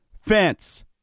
fence